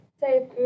Say